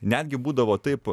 netgi būdavo taip